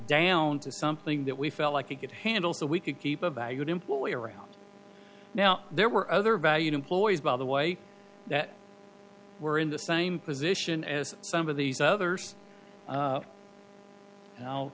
down to something that we felt like he could handle so we could keep a valued employee around now there were other valued employees by the way that were in the same position as some of these others